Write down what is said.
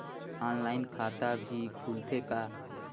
Online खाता भी खुलथे का?